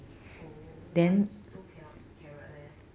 oh why keto cannot eat carrot leh